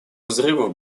взрывов